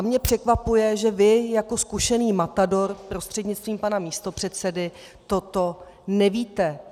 A mě překvapuje, že vy jako zkušený matador, prostřednictvím pana místopředsedy, toto neví.